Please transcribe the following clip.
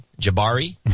Jabari